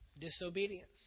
Disobedience